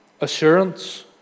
assurance